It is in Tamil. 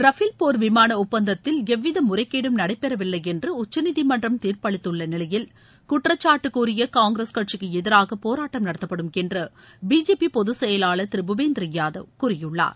ரஃபேல் போர் விமான ஒப்பந்தத்தில் எவ்வித முறைகேடும் நடைபெற வில்லை என்று உச்சநீதிமன்றம் தீர்ப்பளித்துள்ள நிலையில் குற்றச்சாட்டு கூறிய காங்கிரஸ் கட்சிக்கு எதிராக போராட்டம் நடத்தப்படும் என்று பிஜேபி பொதுச் செயலாளர் திரு புபேந்திர யாதவ் கூறியுள்ளார்